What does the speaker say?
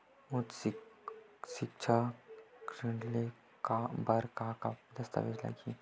उच्च सिक्छा ऋण ले बर का का दस्तावेज लगही?